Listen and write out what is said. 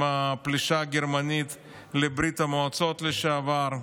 הפלישה הגרמנית לברית המועצות לשעבר.